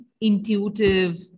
intuitive